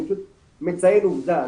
אני פשוט מציין עובדה,